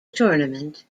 tournament